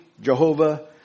Jehovah